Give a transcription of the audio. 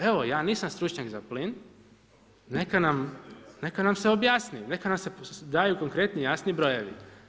Evo, ja nisam stručnjak za plin, neka nam se objasni, neka nam se daju konkretni i jasni brojevi.